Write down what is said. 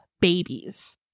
babies